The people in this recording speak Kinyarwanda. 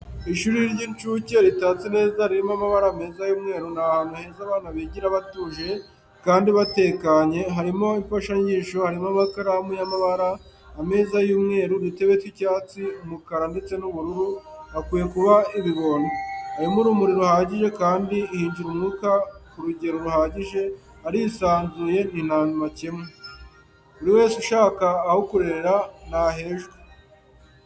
Ishuri ry'incuke ritatse neza ririmo amabara meza y'umweru, ni ahantu heza abana bigira batuje kandi batekanye, harimo imfashanyigisho, harimo amakaramu y'amabara ameza y'umweru, udutebe tw'icyatsi, umukara ndetse n'ubururu, hakwiye kuba ibibondo, harimo urumuri ruhagije kandi hinjira umwuka k'urugero ruhagije, harisanzuye n'intamakemwa. Buri wese ushaka aho kurerera ntahejwe.